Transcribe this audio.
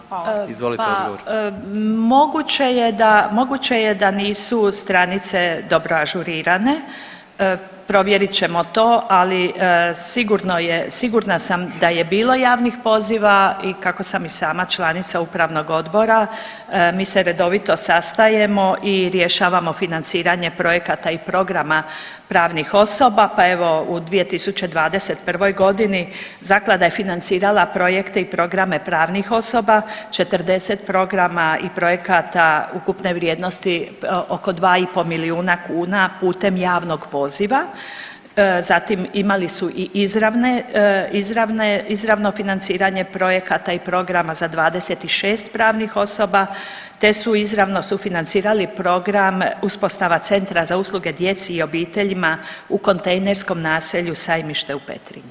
Pa moguće je da, moguće je da nisu stranice dobro ažurirane, provjerit ćemo to, ali sigurno je, sigurna sam da je bilo javnih poziva i kako sam i sama članica upravnog odbora mi se redovito sastajemo i rješavamo financiranje projekata i programa pravnih osoba, pa evo u 2021.g. zaklada je financirala projekte i programe pravnih osoba, 40 programa i projekata ukupne vrijednosti oko 2,5 milijuna kuna putem javnog poziva, zatim imali su i izravne, izravne, izravno financiranje projekata i programa za 26 pravnih osoba, te su izravno sufinancirali program „Uspostava centra za usluge djeci i obiteljima u kontejnerskom naselju Sajmište u Petrinji“